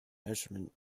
measurement